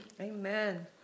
Amen